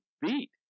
beat